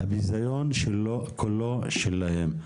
הביזיון כולו שלהם.